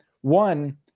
one –